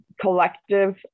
collective